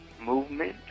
movement